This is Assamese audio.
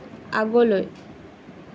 আগলৈ